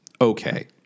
okay